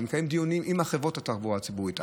אני מקיים דיונים עם חברות התחבורה הציבורית.